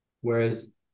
Whereas